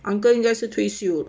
uncle 应该是退休